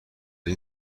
این